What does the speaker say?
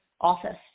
office